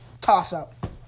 toss-up